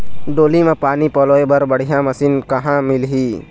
डोली म पानी पलोए बर बढ़िया मशीन कहां मिलही?